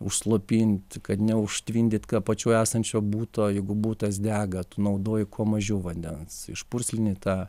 užslopint kad neužtvindyt apačioj esančio buto jeigu butas dega tu naudoji kuo mažiau vandens išpurslini tą